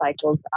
cycles